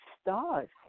stars